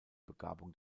begabung